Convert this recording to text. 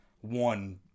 one